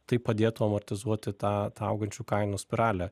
tai padėtų amortizuoti tą tą augančių kainų spiralę